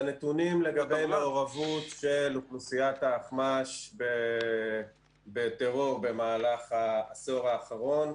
הנתונים לגבי מעורבות של אוכלוסיית האחמ"ש בטרור במהלך העשור האחרון,